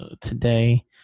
today